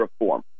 reform